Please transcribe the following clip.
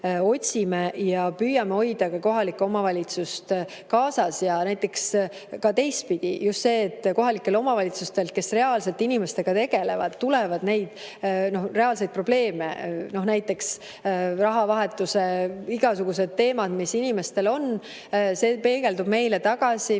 ja püüame hoida ka kohalikku omavalitsust kaasas. Ja näiteks ka teistpidi, just see, et kohalikele omavalitsustele, kes reaalselt inimestega tegelevad, tuleb neid reaalseid probleeme. No näiteks rahavahetuse teema, igasugused teemad, mis inimestel on – see peegeldub meile tagasi.